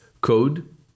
code